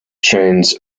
chains